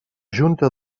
junta